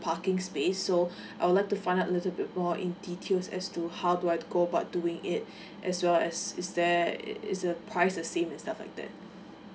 parking space so I would like to find out a little bit more in details as to how do I go about doing it as well as is there is the price is same and stuff like that